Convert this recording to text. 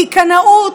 כי קנאות,